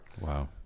wow